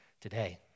today